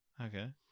Okay